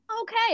Okay